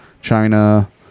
China